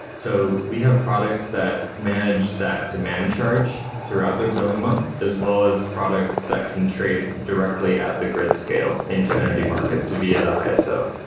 so we have products that manage that demand charge throughout their billing month as well as products that can trade directly at the grid scale into energy markets, so via the iso.